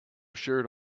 shirt